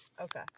Okay